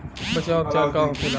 बचाव व उपचार का होखेला?